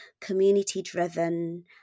community-driven